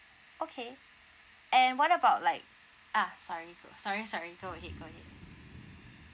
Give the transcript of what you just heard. okay and what about like ah sorry sorry sorry go ahead go ahead